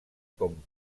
com